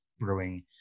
brewing